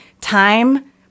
time